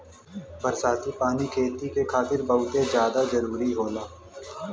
बरसाती पानी खेती के खातिर बहुते जादा जरूरी होला